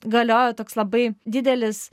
galiojo toks labai didelis